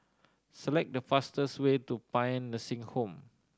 select the fastest way to Paean Nursing Home